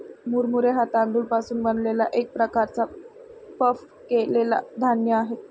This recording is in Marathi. मुरमुरे हा तांदूळ पासून बनलेला एक प्रकारचा पफ केलेला धान्य आहे